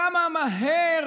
כמה מהר